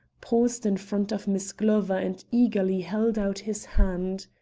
paused in front of miss glover and eagerly held out his hand.